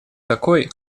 такой